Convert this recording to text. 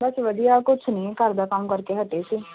ਬਸ ਵਧੀਆ ਕੁਛ ਨਹੀਂ ਘਰਦਾ ਕੰਮ ਕਰਕੇ ਹਟੇ ਸੀ